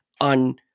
on